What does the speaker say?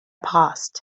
past